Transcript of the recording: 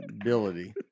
ability